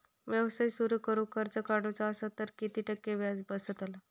व्यवसाय सुरु करूक कर्ज काढूचा असा तर किती टक्के व्याज बसतला?